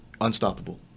unstoppable